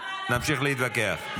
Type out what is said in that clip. נמשיך להתווכח.